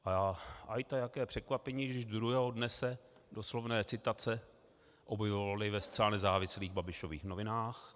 A ajta, jaké překvapení, když druhého dne se doslovné citace objevovaly ve zcela nezávislých Babišových novinách.